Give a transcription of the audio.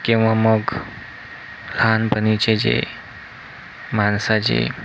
किंवा मग लहानपणीचे जे माणसाचे